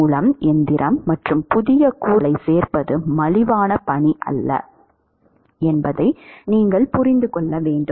மூலம் எந்திரம் மற்றும் புதிய கூறுகளைச் சேர்ப்பது மலிவான பணி அல்ல என்பதை நீங்கள் புரிந்து கொள்ள வேண்டும்